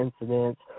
incidents